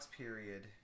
period